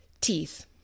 Teeth